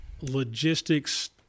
logistics